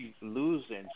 losing